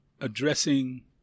addressing